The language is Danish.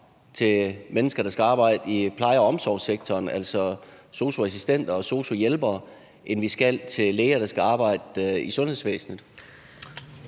til mennesker, der skal arbejde i pleje- og omsorgssektoren, altså sosu-assistenter og sosu-hjælpere, end vi skal til læger, der skal arbejde i sundhedsvæsenet?